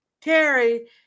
Terry